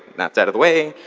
and that's out of the way.